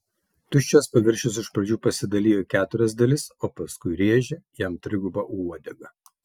tuščias paviršius iš pradžių pasidalijo į keturias dalis o paskui rėžė jam triguba uodega